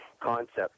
concept